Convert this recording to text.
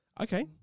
Okay